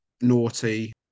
naughty